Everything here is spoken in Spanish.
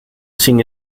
sin